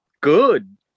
good